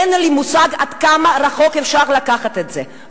אין לי מושג עד כמה רחוק אפשר לקחת את זה,